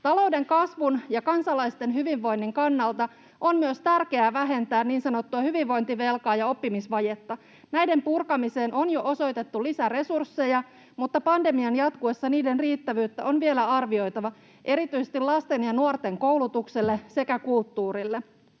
Talouden kasvun ja kansalaisten hyvinvoinnin kannalta on myös tärkeää vähentää niin sanottua hyvinvointivelkaa ja oppimisvajetta. Näiden purkamiseen on jo osoitettu lisäresursseja, mutta pandemian jatkuessa niiden riittävyyttä on vielä arvioitava erityisesti lasten ja nuorten koulutukselle sekä kulttuurille.